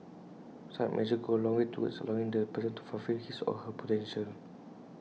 such measures go A long way towards allowing the person to fulfil his or her potential